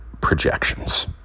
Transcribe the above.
projections